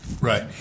Right